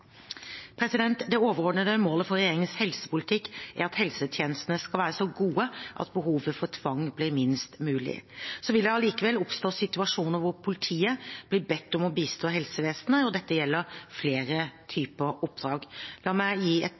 Det overordnede målet for regjeringens helsepolitikk er at helsetjenestene skal være så gode at behovet for tvang blir minst mulig. Så vil det allikevel oppstå situasjoner hvor politiet blir bedt om å bistå helsevesenet, og dette gjelder flere typer oppdrag. La meg gi et